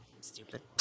stupid